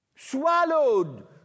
Swallowed